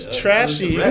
trashy